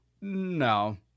no